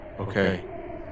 Okay